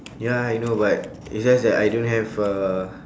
ya I know but it's just that I don't have uh